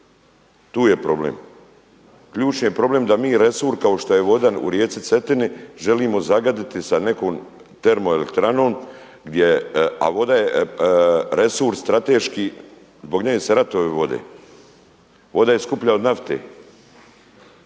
Tu je problem. Ključni je problem da mi resur, kao što je voda u rijeci Cetini želimo zagaditi sa nekom termoelektranom gdje a voda je resurs strateški, zbog nje se i ratovi vode. Voda je skuplja od nafte.